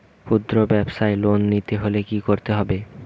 খুদ্রব্যাবসায় লোন নিতে হলে কি করতে হবে?